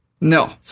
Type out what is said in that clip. No